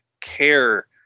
care